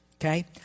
okay